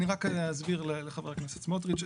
אני רק אסביר לחבר הכנסת סמוטריץ'.